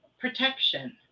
protection